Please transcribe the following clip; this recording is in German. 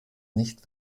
nicht